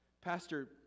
Pastor